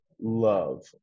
love